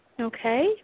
Okay